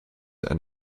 and